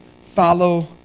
Follow